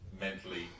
mentally